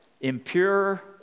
impure